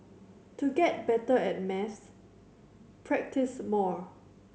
to get better at maths practise more